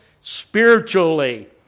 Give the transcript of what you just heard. spiritually